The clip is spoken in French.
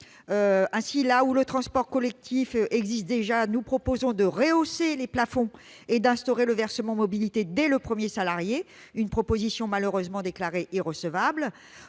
Là où le transport collectif existe déjà, nous proposons de rehausser les plafonds et d'instaurer le versement mobilité dès le premier salarié, une proposition malheureusement déclarée irrecevable.